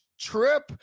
trip